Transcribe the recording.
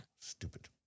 Stupid